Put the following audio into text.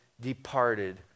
departed